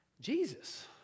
Jesus